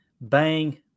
bang